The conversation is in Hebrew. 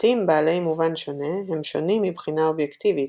משפטים בעלי מובן שונה הם שונים מבחינה אובייקטיבית,